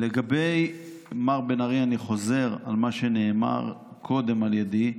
לגבי מר בן ארי אני חוזר על מה שנאמר קודם על ידי,